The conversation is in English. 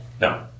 No